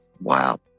Wow